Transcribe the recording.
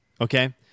Okay